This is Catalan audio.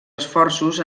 esforços